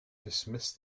dismissed